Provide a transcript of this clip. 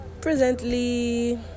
presently